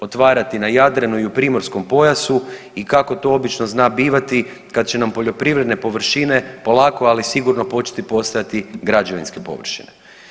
Otvarati na Jadranu i u primorskom pojasu i kako to obično zna bivati kad će nam poljoprivredne površine polako ali sigurno početi postajati građevinske površine.